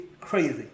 crazy